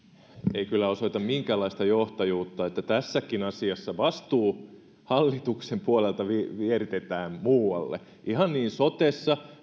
ei kyllä osoita minkäänlaista johtajuutta että tässäkin asiassa vastuu hallituksen puolelta vieritetään muualle ihan niin sotessa